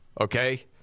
okay